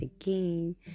again